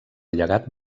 llegat